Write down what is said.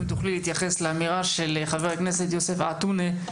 אם תוכלי להתייחס לאמירה של חברה כנסת יוסף עטאונה.